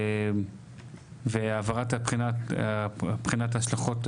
והעברת בחינת ההשלכות,